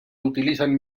utilizan